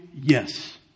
Yes